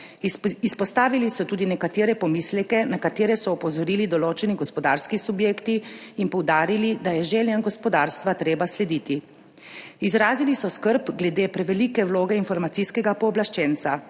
Izpostavili so tudi nekatere pomisleke, na katere so opozorili določeni gospodarski subjekti, in poudarili, da je željam gospodarstva treba slediti. Izrazili so skrb glede prevelike vloge informacijskega pooblaščenca.